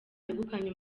wegukanye